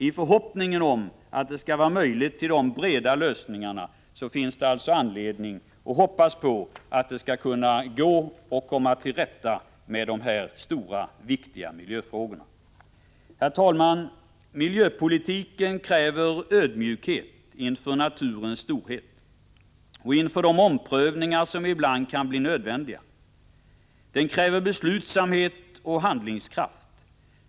I förhoppningen om att det skall vara möjligt att nå breda lösningar finns det alltså all anledning att hoppas att det skall gå att komma till rätta med dessa stora viktiga miljöfrågor. Herr talman! Miljöpolitiken kräver ödmjukhet inför naturens storhet och inför de omprövningar som ibland kan bli nödvändiga. Den kräver beslutsamhet och handlingskraft.